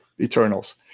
Eternals